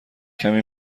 کمی